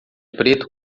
preto